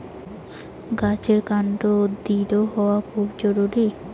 গাছের কান্ড দৃঢ় হওয়া খুব জরুরি